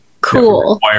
cool